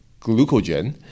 glucogen